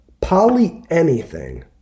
Poly-anything